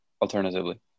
alternatively